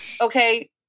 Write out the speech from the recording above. okay